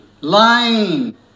lying